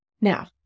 Now